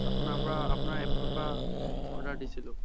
আপোনাৰপৰা আপোনাৰ এপটোৰপৰা অৰ্ডাৰ দিছিলোঁ